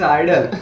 idol